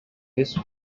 yezu